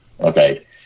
Okay